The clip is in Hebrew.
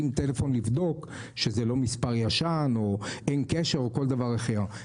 טלפון לבדוק שזה לא מספר ישן או כל דבר אחר.